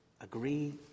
agree